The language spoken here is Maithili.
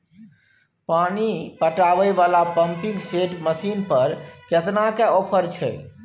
पानी पटावय वाला पंपिंग सेट मसीन पर केतना के ऑफर छैय?